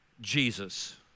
Jesus